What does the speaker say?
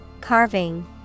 Carving